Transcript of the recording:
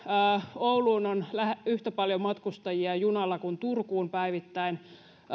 ouluun on yhtä paljon matkustajia junalla kuin turkuun päivittäin